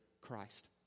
Christ